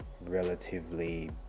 relatively